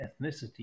Ethnicity